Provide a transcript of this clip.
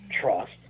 trust